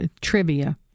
trivia